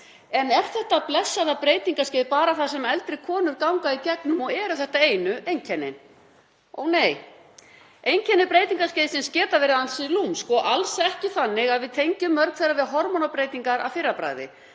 En er þetta blessaða breytingaskeið bara það sem eldri konur ganga í gegnum og eru þetta einu einkennin? Ó nei. Einkenni breytingaskeiðsins geta verið ansi lúmsk og alls ekki þannig að við tengjum mörg þeirra við hormónabreytingar að fyrra bragði,